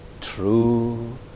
true